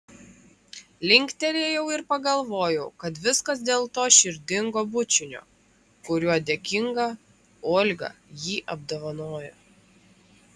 linktelėjau ir pagalvojau kad viskas dėl to širdingo bučinio kuriuo dėkinga olga jį apdovanojo